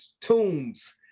tombs